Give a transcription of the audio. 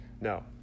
No